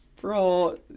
Bro